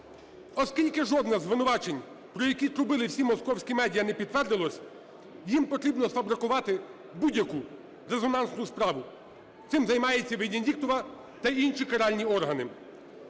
Оскільки жодна з звинувачень, про які трубили всі московські медіа, не підтвердилось, їм потрібно сфабрикувати будь-яку резонансну справу. Цим займається Венедиктова та інші каральні органи.